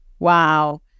Wow